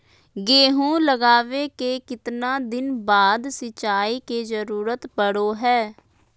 गेहूं लगावे के कितना दिन बाद सिंचाई के जरूरत पड़ो है?